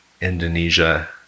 Indonesia